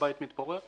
הבית מתפורר?